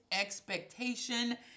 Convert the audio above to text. expectation